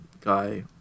guy